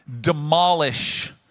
demolish